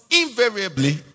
invariably